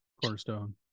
cornerstone